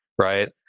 right